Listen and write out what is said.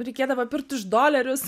reikėdavo pirkt už dolerius